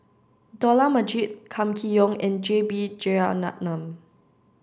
Dollah Majid Kam Kee Yong and J B Jeyaretnam